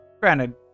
Granted